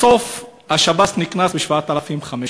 בסוף השב"ס נקנס ב-7,500 שקל.